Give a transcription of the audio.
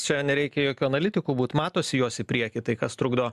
čia nereikia jokiu analitiku būt matosi jos į priekį tai kas trukdo